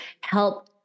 help